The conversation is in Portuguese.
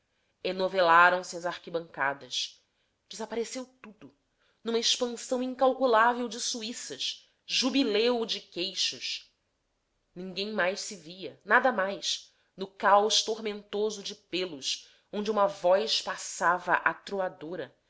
império enovelaram se as arquibancadas desapareceu tudo numa expansão incalculável de suíças jubileu de queixos ninguém mais se via nada mais no caos tormentoso de pêlos onde uma voz passava atroadora